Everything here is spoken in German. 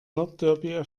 nordderby